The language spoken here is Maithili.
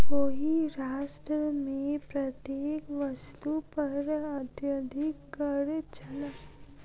ओहि राष्ट्र मे प्रत्येक वस्तु पर अत्यधिक कर छल